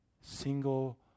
single